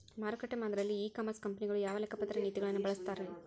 ಮಾರುಕಟ್ಟೆ ಮಾದರಿಯಲ್ಲಿ e commerce ಕಂಪನಿಗಳು ಯಾವ ಲೆಕ್ಕಪತ್ರ ನೇತಿಗಳನ್ನ ಬಳಸುತ್ತಾರಿ?